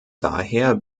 daher